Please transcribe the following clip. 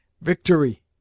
VICTORY